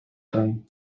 fame